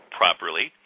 properly